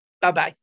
Bye-bye